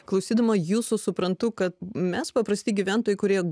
klausydama jūsų suprantu kad mes paprasti gyventojai kurie